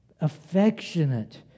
affectionate